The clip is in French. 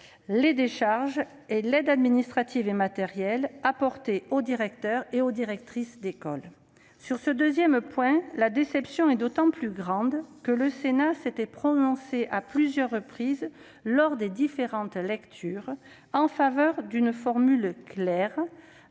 les décharges et l'aide administrative et matérielle apportée aux directeurs et aux directrices. Sur ce deuxième point, la déception est d'autant plus grande que le Sénat s'était prononcé, à plusieurs reprises, à l'occasion des différentes lectures, en faveur d'une formule claire,